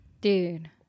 Dude